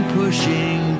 pushing